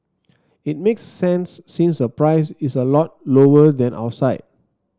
it makes sense since the price is a lot lower than outside